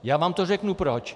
Já vám řeknu proč.